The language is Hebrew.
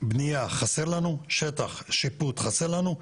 בנייה חסר לנו, שטח שיפוט חסר לנו.